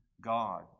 God